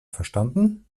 verstanden